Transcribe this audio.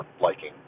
liking